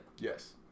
Yes